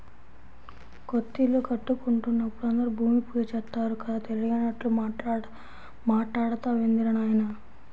కొత్తిల్లు కట్టుకుంటున్నప్పుడు అందరూ భూమి పూజ చేత్తారు కదా, తెలియనట్లు మాట్టాడతావేందిరా నాయనా